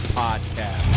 podcast